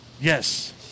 Yes